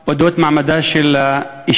על אודות מעמדה של האישה.